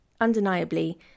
undeniably